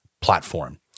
platform